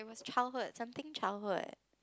childhood something childhood